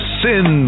sin